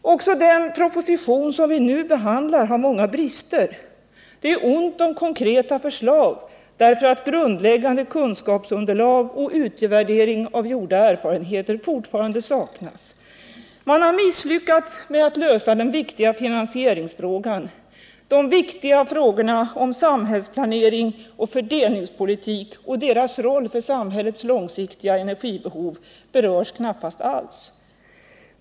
Också den proposition som vi nu behandlar har många brister. Det är ont om konkreta förslag, eftersom grundläggande kunskapsunderlag och utvärdering av gjorda erfarenheter fortfarande saknas. Man har misslyckats med att lösa den viktiga finansieringsfrågan. De viktiga frågorna om samhällsplaneringen och fördelningspolitiken och deras roll för samhällets långsiktiga energibehov berörs knappast alls.